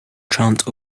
chance